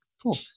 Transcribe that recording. cool